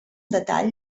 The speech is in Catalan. detall